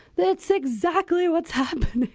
that's exactly what's happened